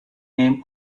name